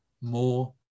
more